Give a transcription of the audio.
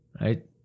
right